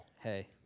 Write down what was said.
hey